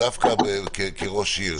דווקא כראש עיר,